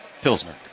pilsner